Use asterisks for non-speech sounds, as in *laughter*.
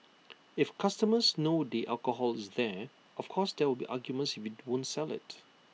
if customers know the alcohol is there of course there will be arguments *unintelligible* won't sell IT